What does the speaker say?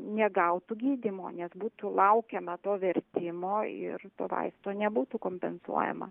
negautų gydymo nes būtų laukiama to vertimo ir to vaisto nebūtų kompensuojama